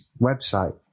website